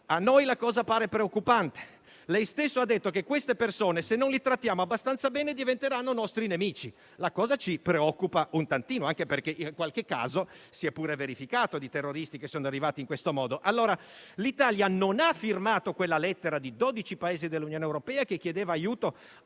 A noi la cosa pare preoccupante. Lei stesso ha detto che queste persone, se non le trattiamo abbastanza bene, diventeranno nostri nemici. La cosa ci preoccupa un tantino, anche perché si è pure verificato qualche caso di terroristi che sono arrivati in questo modo. L'Italia non ha firmato quella lettera di 12 Paesi dell'Unione europea che chiedeva aiuto